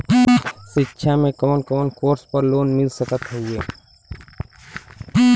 शिक्षा मे कवन कवन कोर्स पर लोन मिल सकत हउवे?